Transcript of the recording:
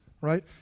right